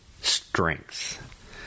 strength